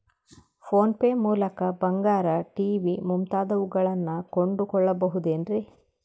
Phone pay ಮೂಲಕ ಬಂಗಾರ, TV ಮುಂತಾದವುಗಳನ್ನ ಕೊಂಡು ಕೊಳ್ಳಬಹುದೇನ್ರಿ?